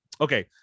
okay